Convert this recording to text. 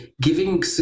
giving